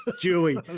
Julie